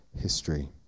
history